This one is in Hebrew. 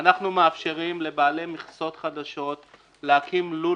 אנחנו מאפשרים לבעלי מכסות חדשות להקים לול